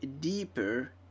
deeper